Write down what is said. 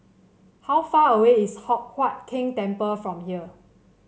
how far away is Hock Huat Keng Temple from here